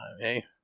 Hey